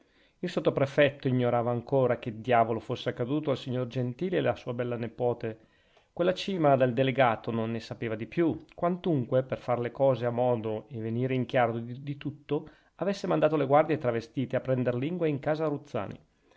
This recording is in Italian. nulla il sottoprefetto ignorava ancora che diavolo fosse accaduto del signor gentili e della sua bella nepote quella cima del delegato non ne sapeva di più quantunque per far le cose a modo e venire in chiaro di tutto avesse mandato le guardie travestite a prender lingua in casa ruzzani